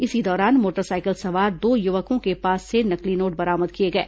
इसी दौरान मोटरसाइकिल सवार दो युवकों के पास से नकली नोट बरामद किए गए